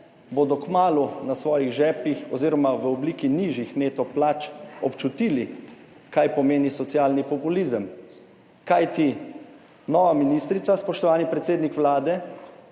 bodo kmalu na svojih žepih oziroma v obliki nižjih neto plač občutili, kaj pomeni socialni populizem. Kajti nova ministrica, spoštovani predsednik Vlade,